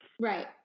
right